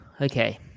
Okay